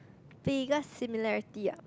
biggest similarities ya